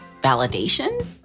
validation